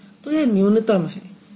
तो यह न्यूनतम है